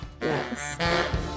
Yes